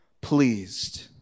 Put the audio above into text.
pleased